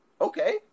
okay